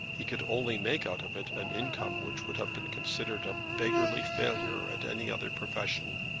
he could only make out of it an income which would have been considered a beggarly failure at any other profession.